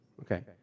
Okay